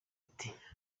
ati